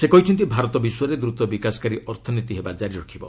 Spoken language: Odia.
ସେ କହିଛନ୍ତି ଭାରତ ବିଶ୍ୱରେ ଦ୍ରୁତ ବିକାଶକାରୀ ଅର୍ଥନୀତି ହେବା କାରି ରଖିବ